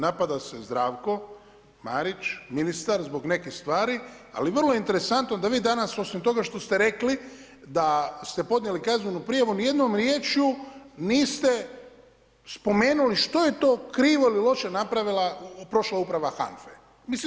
Napada se Zdravko Marić ministar zbog nekih stvari, ali vrlo je interesantno da vi danas osim toga što ste rekli da ste podnijeli kaznenu prijavu nijednom riječju niste spomenuli što je to kriva ili loše napravila prošla uprava HAFA-e.